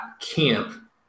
camp